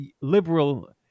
liberal